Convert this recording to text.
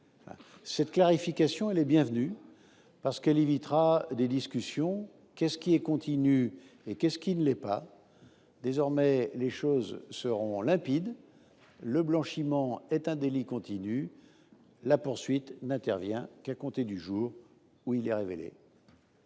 Cette clarification bienvenue permettra d’éviter des discussions sur ce qui est continu et sur ce qui ne l’est pas. Désormais, les choses seront limpides : le blanchiment est un délit continu et la poursuite n’intervient qu’à compter du jour où il est révélé.